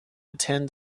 attend